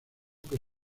que